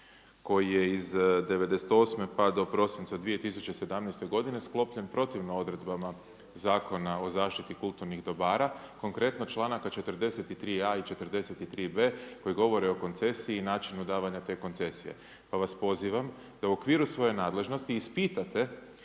koji je iz '98. pa do prosinca 2017. g. sklopljen protivno odredbama Zakona o zaštiti kulturnih dobara. Konkretno čl. 43a. i 43b. koji govore o koncesiji i načinu davanja te koncesije. Pa vas pozivam da u okviru svoje nadležnosti, ispitate